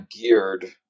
geared